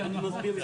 אני מסביר.